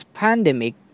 pandemic